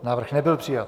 Návrh nebyl přijat.